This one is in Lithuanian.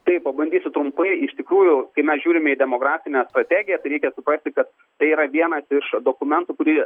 tai pabandysiu trumpai iš tikrųjų mes žiūrime į demografinę strategiją tai reikia suprasti kad tai yra vienas iš dokumentų kurie